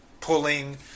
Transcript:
pulling